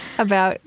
about